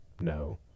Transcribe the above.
No